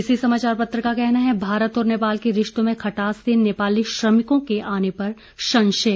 इसी समाचार पत्र का कहना है भारत और नेपाल के रिश्तों में खटास से नेपाली श्रमिकों के आने पर संशय